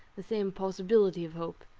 the same possibility of hope.